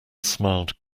smiled